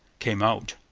came out.